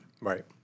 Right